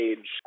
Age